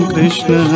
Krishna